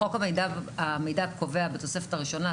חוק המידע קובע בתוספת הראשונה,